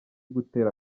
gutera